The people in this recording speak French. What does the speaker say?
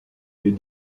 est